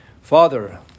Father